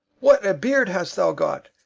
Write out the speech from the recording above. what a beard hast thou got!